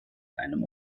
einem